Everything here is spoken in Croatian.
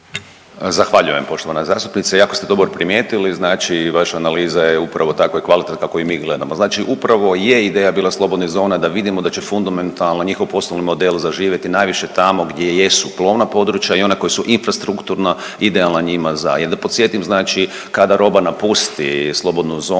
Zahvaljujem poštovana zastupnice, jako ste dobro primijetili. Znači vaša analiza je upravo tako kvalitetna kako i mi gledamo, znači upravo je ideja bila slobodnih zona da vidimo da će fundamentalno njihov poslovni model zaživjeti najviše tamo gdje jesu plovna područja i ona koja su infrastrukturno idealna njima za jel da posjetim znači kada roba napusti slobodnu zonu